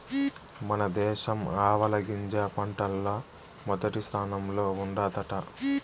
మన దేశం ఆవాలగింజ పంటల్ల మొదటి స్థానంలో ఉండాదట